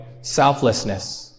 selflessness